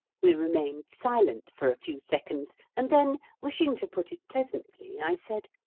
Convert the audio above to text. we remained silent for a few seconds, and then, wishing to put it pleasantly, i said,